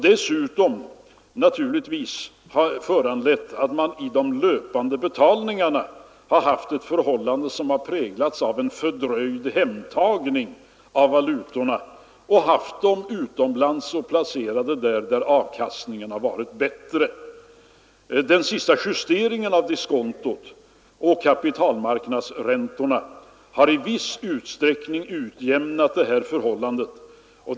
Dessa stora ränteskillnader har också medfört att de löpande betalningarna präglats av en fördröjd hemtagning av valutorna — man har haft dem placerade utomlands, där avkastningen varit bättre. Den senaste justeringen av diskontot och kapitalmarknadsräntorna har i viss utsträckning utjämnat detta förhållande.